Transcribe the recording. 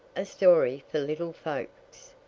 a story for little folks.